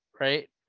right